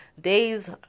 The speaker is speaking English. Days